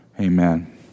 Amen